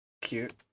Cute